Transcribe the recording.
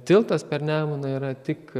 tiltas per nemuną yra tik